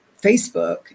facebook